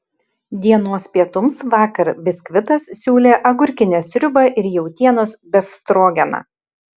dienos pietums vakar biskvitas siūlė agurkinę sriubą ir jautienos befstrogeną